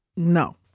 no